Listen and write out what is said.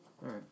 right